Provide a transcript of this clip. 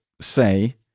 say